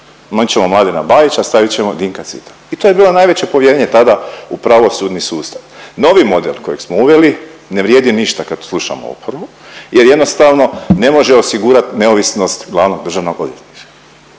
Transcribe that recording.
mičemo Mladena Bajića, stavit ćemo Dinka Cvitana i to je bilo najveće povjerenje tada u pravosudni sustav. Novi model kojeg smo uveli ne vrijedi ništa kad slušamo oporbu jer jednostavno ne može osigurat neovisnost glavnog državnog odvjetnika.